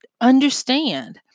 understand